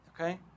Okay